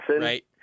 Right